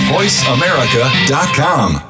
VoiceAmerica.com